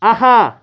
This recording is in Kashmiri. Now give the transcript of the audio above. آہا